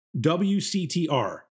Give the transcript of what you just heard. WCTR